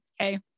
okay